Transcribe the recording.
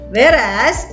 Whereas